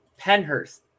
Penhurst